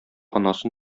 анасын